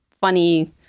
funny